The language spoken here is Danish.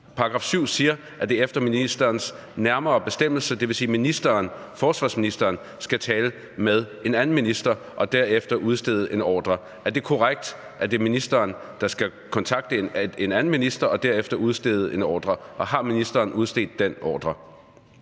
§ 7. § 7 siger, at det sker efter ministerens nærmere bestemmelse, og det vil sige, at forsvarsministeren skal tale med en anden minister og derefter udstede en ordre. Er det korrekt, at det er ministeren, der skal kontakte en anden minister og derefter udstede en ordre, og har ministeren udstedt den ordre?